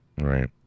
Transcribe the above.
Right